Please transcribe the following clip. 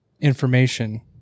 information